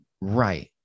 Right